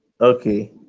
okay